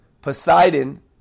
Poseidon